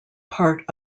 part